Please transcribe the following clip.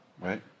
right